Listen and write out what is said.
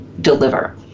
deliver